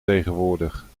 tegenwoordig